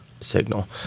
signal